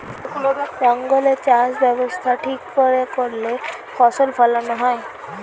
জঙ্গলে চাষ ব্যবস্থা ঠিক করে করলে ফসল ফোলানো হয়